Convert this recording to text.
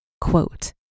quote